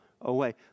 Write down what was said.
away